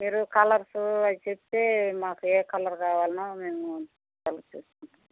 మీరు కలర్సు అవి చెప్తే మాకు ఏ కలర్ కావాలో మేము సెలెక్ట్ చేసుకుంటాము